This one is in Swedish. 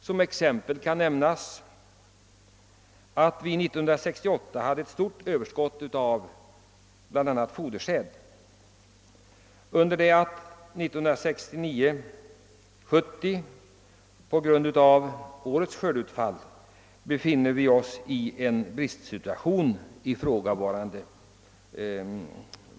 Som exempel kan nämnas att vi 1968 hade ett stort överskott av bl.a. fodersäd, under det att vi 1969/70 på grund av skördeutfallet har brist på fodersäd.